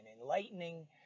enlightening